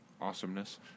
Awesomeness